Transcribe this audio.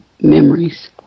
memories